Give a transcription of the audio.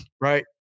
right